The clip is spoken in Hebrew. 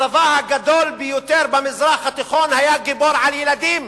הצבא הגדול ביותר במזרח התיכון היה גיבור על ילדים,